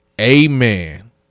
Amen